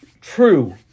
true –